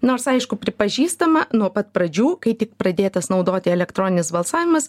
nors aišku pripažįstama nuo pat pradžių kai tik pradėtas naudoti elektroninis balsavimas